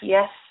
Yes